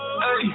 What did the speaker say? Hey